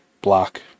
block